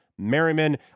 merriman